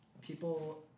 people